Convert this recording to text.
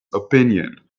opinion